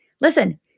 listen